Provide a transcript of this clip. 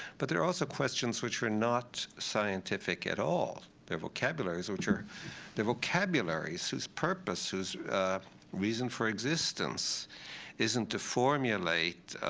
but there are also questions, which are not scientific at all. their vocabularies, which are their vocabularies, whose purpose, whose reason for existence isn't to formulate